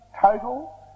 total